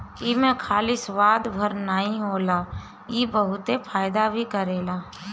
एमे खाली स्वाद भर नाइ होला इ बहुते फायदा भी करेला